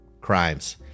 crimes